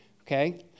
Okay